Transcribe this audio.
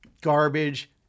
garbage